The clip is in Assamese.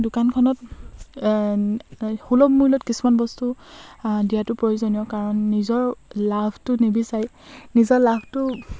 দোকানখনত সুলভ মূল্যত কিছুমান বস্তু দিয়াটো প্ৰয়োজনীয় কাৰণ নিজৰ লাভটো নিবিচাৰি নিজৰ লাভটো